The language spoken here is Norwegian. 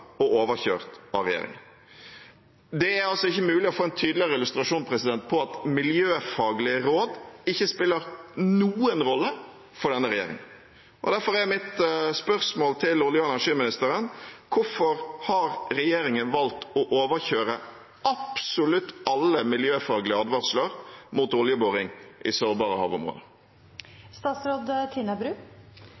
og overkjørt av regjeringen. Det er ikke mulig å få en tydeligere illustrasjon på at miljøfaglige råd ikke spiller noen rolle for denne regjeringen. Derfor er mitt spørsmål til olje- og energiministeren: Hvorfor har regjeringen valgt å overkjøre absolutt alle miljøfaglige advarsler mot oljeboring i sårbare havområder?